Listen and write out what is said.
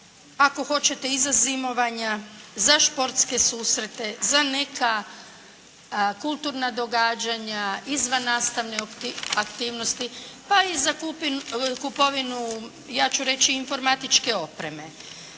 ako hoćete i za zimovanja, za športske susrete, za neka kulturna događanja, izvannastavne aktivnosti pa i za kupovinu ja ću reći informatičke opreme.